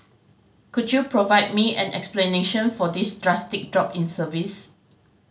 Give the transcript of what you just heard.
could you provide me an explanation for this drastic drop in service